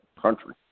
country